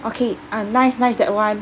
okay uh nice nice that one